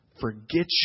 forget